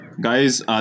Guys